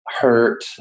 hurt